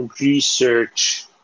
research